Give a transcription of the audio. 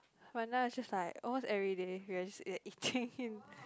but now it's just like almost everyday we are just we are eating in